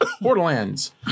Borderlands